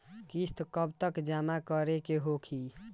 किस्त कब तक जमा करें के होखी?